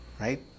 right